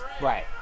right